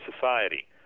society